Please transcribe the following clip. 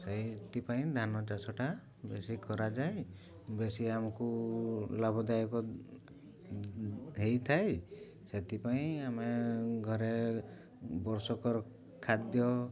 ସେଇଥିପାଇଁ ଧାନ ଚାଷଟା ବେଶୀ କରାଯାଏ ବେଶୀ ଆମକୁ ଲାଭଦାୟକ ହେଇଥାଏ ସେଥିପାଇଁ ଆମେ ଘରେ ବର୍ଷକର ଖାଦ୍ୟ